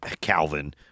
Calvin